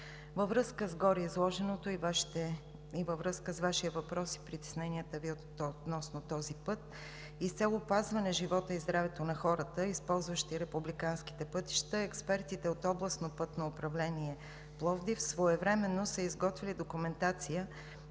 Във връзка с гореизложеното и във връзка с Вашия въпрос и притесненията Ви относно този път и с цел опазване живота и здравето на хората, използващи републиканските пътища, експертите от Областно пътно управление – Пловдив, своевременно са изготвили документация,